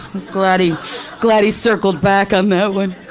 glad he glad he circled back on that one.